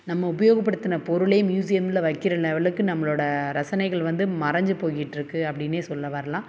நம்ம உபயோகப்படுத்துன பொருளே மியூஸியம்ல வைக்கிற லெவலுக்கு நம்மளோடய ரசனைகள் வந்து மறைஞ்சி போய்கிட்ருக்கு அப்படின்னே சொல்ல வரலாம்